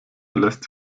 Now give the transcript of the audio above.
lässt